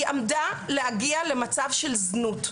היא עמדה להגיע למצב של זנות,